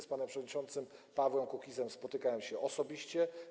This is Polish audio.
Z panem przewodniczącym Paweł Kukizem spotykałem się osobiście.